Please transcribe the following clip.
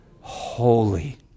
Holy